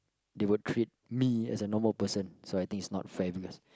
they would treat me as a normal person so I think it's not fair because